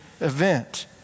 event